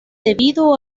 debido